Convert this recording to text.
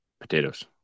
Potatoes